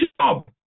job